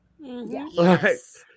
Yes